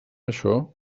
això